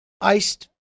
iced